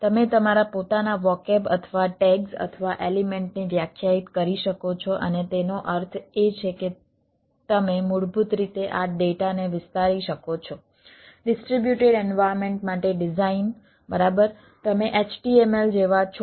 તમે તમારા પોતાના વોકેબ અથવા ટૅગ્સ અથવા એલિમેન્ટને વ્યાખ્યાયિત કરી શકો છો અને તેનો અર્થ એ છે કે તમે મૂળભૂત રીતે આ ડેટાને વિસ્તારી શકો છો